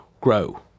grow